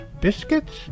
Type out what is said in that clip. biscuits